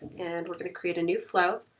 and we're gonna create a new flow,